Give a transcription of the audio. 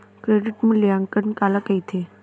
Credit मूल्यांकन काला कहिथे?